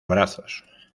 brazos